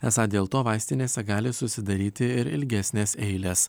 esą dėl to vaistinėse gali susidaryti ir ilgesnės eilės